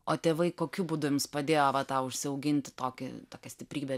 o tėvai kokiu būdu jums padėjo va tą užsiauginti tokį tokią stiprybę